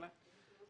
התשל"ה-1975.